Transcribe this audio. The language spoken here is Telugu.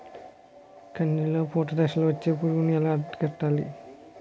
కందిలో పూత దశలో వచ్చే పురుగును ఎలా అరికట్టాలి?